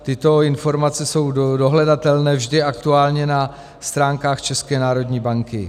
Tyto informace jsou dohledatelné vždy aktuálně na stránkách České národní banky.